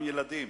יש ילדים